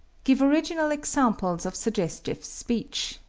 give original examples of suggestive speech,